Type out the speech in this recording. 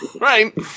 right